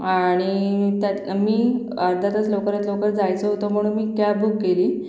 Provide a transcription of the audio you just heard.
आणि त्यात मी अर्धा तास लवकरात लवकर जायचं होतं म्हणून मी कॅब बुक केली